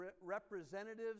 representatives